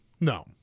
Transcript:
No